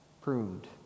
pruned